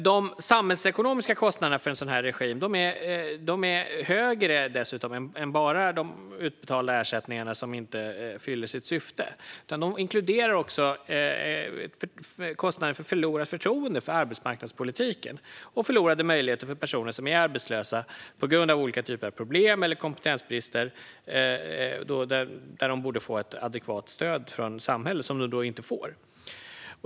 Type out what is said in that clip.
De samhällsekonomiska kostnaderna för en sådan regim är dessutom högre än bara de utbetalda ersättningarna som inte fyller sitt syfte och inkluderar också kostnaden för förlorat förtroende för arbetsmarknadspolitiken liksom förlorade möjligheter för personer som är arbetslösa på grund av olika typer av problem eller kompetensbrister. Dessa borde få ett adekvat stöd från samhället som de inte får.